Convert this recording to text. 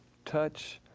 touch,